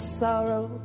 sorrow